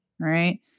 right